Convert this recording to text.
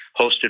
hosted